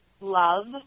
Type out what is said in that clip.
love